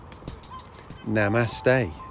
namaste